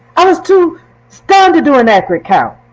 i was too stunned to do an accurate count.